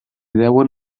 deuen